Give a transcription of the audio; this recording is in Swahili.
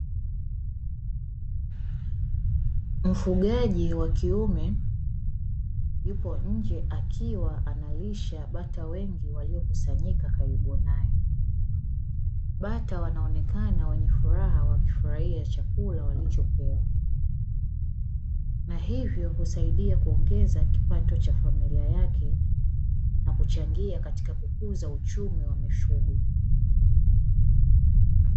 Mfugaji wa kiume yupo nje akiwa analisha bata wengi waliokusanyika karibu nae, bata wanaonekana wenye furaha wakifurahia chakula walichopewa, na hivyo husaidia kuongeza kipato cha familia yake na kuchangia katika kukuza uchumi wa mifugo.